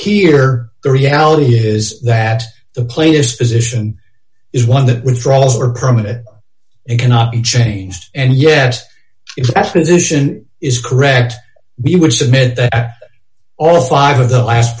here the reality is that the plainest position is one that withdrawals are permanent and cannot be changed and yet it isn't is correct we would submit that all five of the last